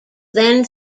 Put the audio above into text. then